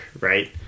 right